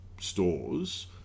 stores